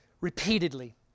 repeatedly